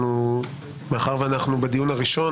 מאחר שאנחנו בדיון הראשון,